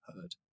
heard